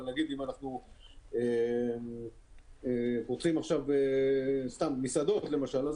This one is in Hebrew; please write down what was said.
אבל למשל אם אנחנו פותחים מסעדות זה